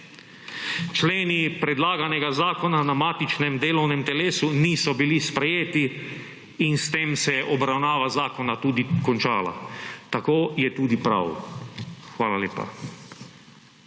Členi predlaganega zakona na matičnem delovnem telesu niso bili sprejeti in s tem se je obravnava zakona tudi končala. Tako je tudi prav. Hvala lepa.